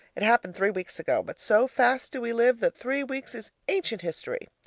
it happened three weeks ago, but so fast do we live, that three weeks is ancient history.